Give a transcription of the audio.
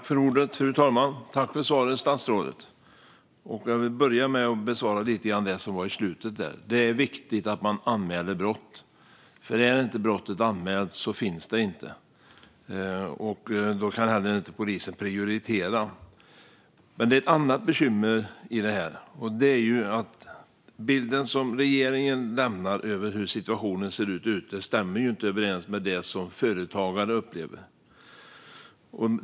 Fru talman! Jag tackar statsrådet för svaret. Jag vill börja med att kommentera lite grann av det som sas på slutet. Det är viktigt att man anmäler brott. Är inte brottet anmält finns det inte. Då kan polisen inte heller prioritera. Men det finns ett annat bekymmer i det här. Den bild som regeringen lämnar av hur situationen ser ut stämmer inte överens med det som företagare upplever.